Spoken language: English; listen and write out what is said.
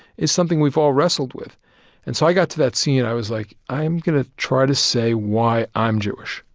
is something we've all wrestled with. and so i got to that scene and i was like, i am gonna try to say why i'm jewish.